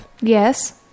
Yes